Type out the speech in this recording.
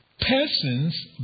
persons